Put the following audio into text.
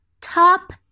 Top